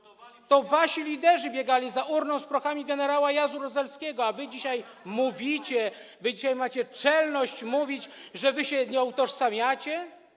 To wasi liderzy biegali za urną z prochami gen. Jaruzelskiego, a wy dzisiaj mówicie, wy dzisiaj macie czelność mówić, że wy się nie utożsamiacie?